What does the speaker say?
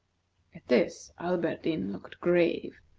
at this, alberdin looked grave.